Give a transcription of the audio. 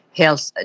health